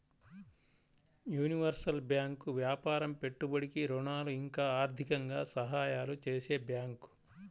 universal bank వ్యాపారం పెట్టుబడికి ఋణాలు ఇంకా ఆర్థికంగా సహాయాలు చేసే బ్యాంకు